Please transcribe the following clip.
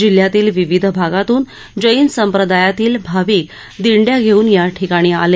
जिल्ह्यातील विविध भागातून जैन संप्रदायातील भाविक दिंड्या घेऊन याठिकाणी आले